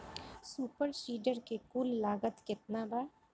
Super seeder के कुल लागत केतना बा?